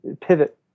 pivot